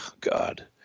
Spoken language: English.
God